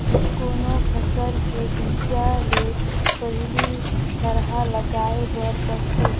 कोनो फसल के बीजा ले पहिली थरहा लगाए बर परथे